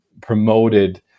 promoted